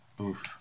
Oof